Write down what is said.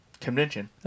convention